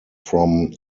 from